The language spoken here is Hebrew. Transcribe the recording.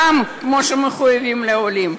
כמו שמחויבים לעולים.